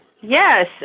Yes